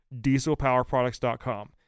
DieselPowerProducts.com